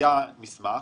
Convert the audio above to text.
שהיה מסמך